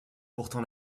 pourtant